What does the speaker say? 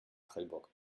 prellbock